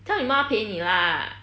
叫你妈妈陪你 lah